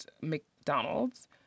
McDonald's